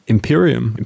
Imperium